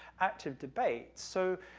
active debate, so,